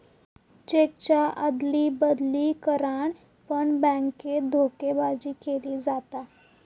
चेकच्या अदली बदली करान पण बॅन्केत धोकेबाजी केली जाता